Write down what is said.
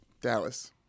dallas